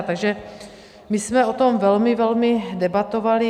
Takže my jsme o tom velmi, velmi debatovali.